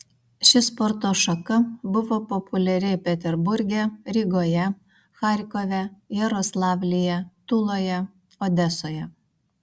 ši sporto šaka buvo populiari peterburge rygoje charkove jaroslavlyje tuloje odesoje